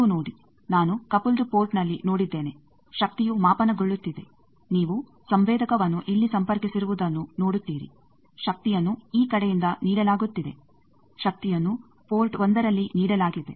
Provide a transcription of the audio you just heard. ನೀವು ನೋಡಿ ನಾನು ಕಪಲ್ಡ್ ಪೋರ್ಟ್ನಲ್ಲಿ ನೋಡಿದ್ದೇನೆ ಶಕ್ತಿಯು ಮಾಪನಗೊಳ್ಳುತ್ತಿದೆ ನೀವು ಸಂವೇದಕವನ್ನು ಇಲ್ಲಿ ಸಂಪರ್ಕಿಸಿರುವುದನ್ನು ನೋಡುತ್ತೀರಿ ಶಕ್ತಿಯನ್ನು ಈ ಕಡೆಯಿಂದ ನೀಡಲಾಗುತ್ತಿದೆ ಶಕ್ತಿಯನ್ನು ಪೋರ್ಟ್1ರಲ್ಲಿ ನೀಡಲಾಗಿದೆ